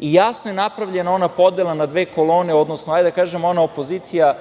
i jasno je napravljena ona podela na dve kolone, odnosno, hajde da kažem, ona opozicija